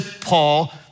Paul